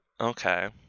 Okay